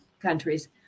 countries